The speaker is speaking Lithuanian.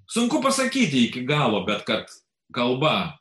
sunku pasakyti iki galo bet kad kalba